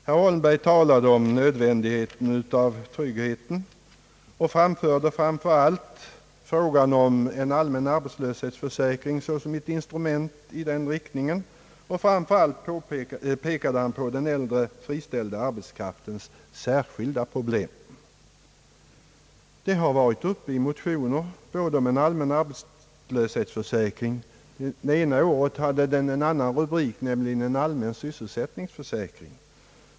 Herr Holmberg talade om nödvän digheten av trygghet och anvisade en allmän arbetslöshetsförsäkring som ett instrument i det sammanhanget. Framför allt pekade han på den äldre friställda arbetskraftens särskilda problem. Det har tagits upp bl.a. i motioner om en arbetslöshetsförsäkring; ett år med rubriken allmän sysselsättningsförsäkring.